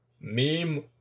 Meme